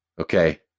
Okay